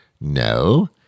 No